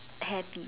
happy